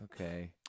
Okay